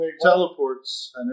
teleports